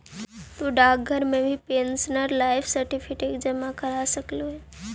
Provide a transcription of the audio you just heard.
तु डाकघर में भी पेंशनर लाइफ सर्टिफिकेट जमा करा सकऽ हे